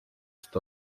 east